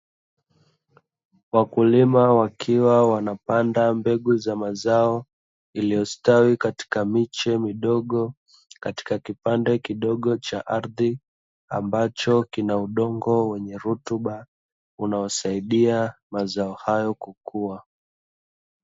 Wakulima wakiwa wanapanda mbegu za mazao, iliyostawi katika miche midogo, katika kipande kidogo cha ardhi, ambacho kina udongo wenye rutuba, unaosaidia mazao hayo kukuwa.